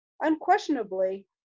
Unquestionably